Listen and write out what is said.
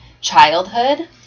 childhood